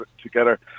together